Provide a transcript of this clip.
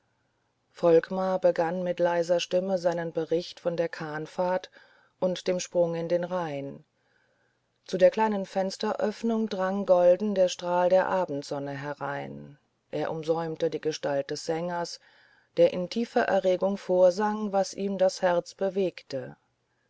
volkmar begann mit leiser stimme seinen bericht von der kahnfahrt und dem sprung in den rhein zu der kleinen fensteröffnung drang golden der strahl der abendsonne herein er umsäumte die gestalt des sängers der in tiefer erregung vorsang was ihm das herz bewegte